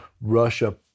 Russia